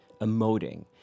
emoting